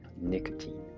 nicotine